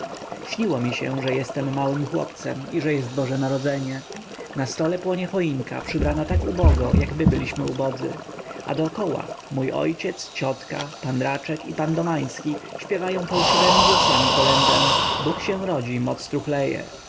śniło mi się że jestem małym chłopcem i że jest boże narodzenie na stole płonie choinka przybrana tak ubogo jak my byliśmy ubodzy a dokoła mój ojciec ciotka pan raczek i pan domański śpiewają fałszywemi głosami kolendę bóg się rodzi moc